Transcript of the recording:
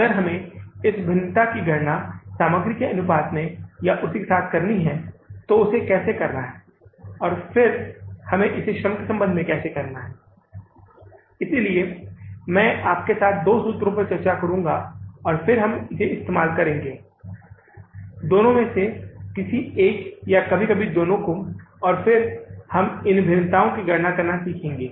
अगर हमें इस भिन्नता की गणना सामग्री के अनुपात में या उसके साथ करनी है तो उसे कैसे करना है और हमें इसे श्रम के संबंध में कैसे करना है इसलिए मैं आपके साथ दोनों सूत्रों पर चर्चा करूँगा और फिर हम इसे इस्तेमाल करेंगे दोनों में से किसी एक या कभी कभी दोनों को और फिर हम इन भिन्नताओं की गणना करना सीखेंगे